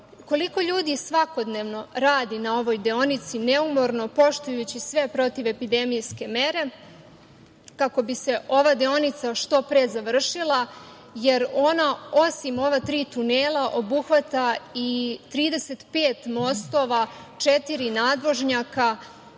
koliko ljudi svakodnevno radi na ovoj deonici neumorno, poštujući sve protivepidemijske mere, kako bi se ova deonica što pre završila, jer ona, osim ova tri tunela, obuhvata i 35 mostova, četiri nadvožnjaka,